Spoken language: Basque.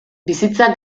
bizitza